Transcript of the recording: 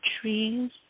trees